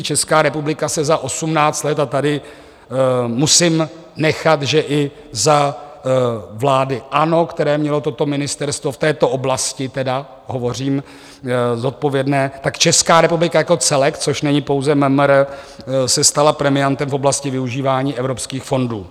Česká republika se za 18 let, a tady musím nechat, že i za vlády ANO, které mělo toto ministerstvo v této oblasti tedy hovořím zodpovědné, tak Česká republika jako celek, což není pouze MMR, se stala premiantem v oblasti využívání evropských fondů.